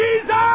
Jesus